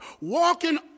walking